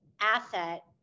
asset